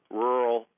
rural